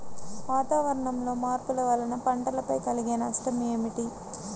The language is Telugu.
వాతావరణంలో మార్పుల వలన పంటలపై కలిగే నష్టం ఏమిటీ?